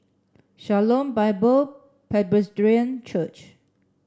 Shalom Bible Presbyterian Church